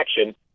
action